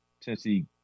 Tennessee